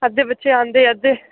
अद्धे बच्चे आंदे अद्धे